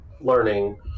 learning